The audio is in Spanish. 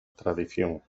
tradición